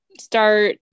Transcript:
start